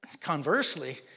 conversely